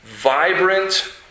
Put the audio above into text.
Vibrant